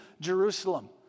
Jerusalem